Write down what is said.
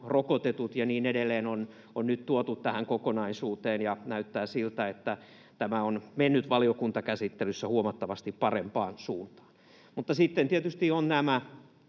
rokotetut ja niin edelleen, on nyt tuotu tähän kokonaisuuteen, ja näyttää siltä, että tämä on mennyt valiokuntakäsittelyssä huomattavasti parempaan suuntaan. Mutta sitten tietysti ovat nämä